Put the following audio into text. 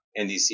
NDC